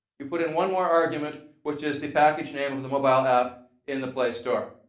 you put in one more argument, which is the package name of the mobile app in the play store.